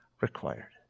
required